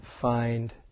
find